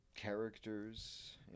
characters